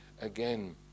again